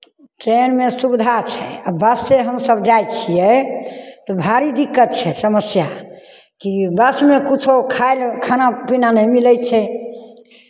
ट्रेनमे सुविधा छै आ बससँ हमसब् जाइ छियै तऽ भारी दिक्कत छै समस्या कि बसमे किछो खाइ लऽ खाना पीना नहि मिलै छै